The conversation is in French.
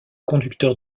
conducteur